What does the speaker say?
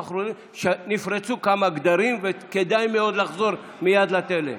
שנפרצו כמה גדרים, וכדאי מאוד לחזור מייד לתלם.